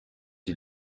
die